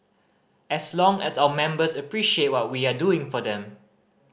as long as our members appreciate what we are doing for them